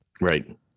Right